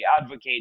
advocate